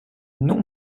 non